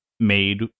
made